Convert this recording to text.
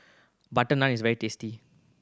butter naan is very tasty